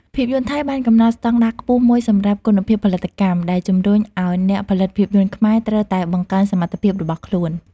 ភាពយន្តថៃបានកំណត់ស្តង់ដារខ្ពស់មួយសម្រាប់ គុណភាពផលិតកម្ម ដែលជំរុញឲ្យអ្នកផលិតភាពយន្តខ្មែរត្រូវតែបង្កើនសមត្ថភាពរបស់ខ្លួន។